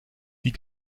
die